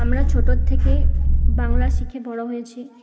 আমরা ছোটোর থেকে বাংলা শিখে বড়ো হয়েছি